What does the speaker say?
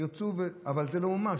אבל זה לא מומש.